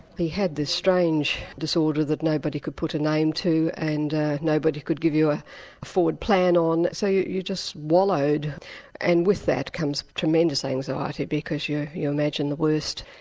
he had this strange disorder that nobody could put a name to and nobody could give you a forward plan on so you you just wallowed and with that comes tremendous anxiety because you you imagine the worst.